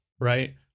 right